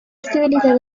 estabilidad